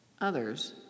others